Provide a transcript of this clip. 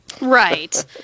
right